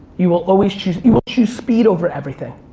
you will always choose, you will choose speed over everything.